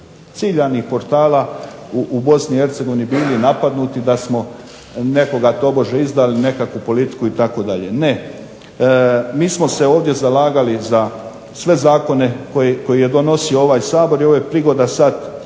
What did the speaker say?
ciljanih portala u BiH bili napadnuti da smo tobože nekoga izdali, nekakvu politiku itd., ne. Mi smo se ovdje zalagali za sve zakone koje je donosio ovaj Sabor i ovo je prigoda sada i